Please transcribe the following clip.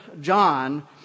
John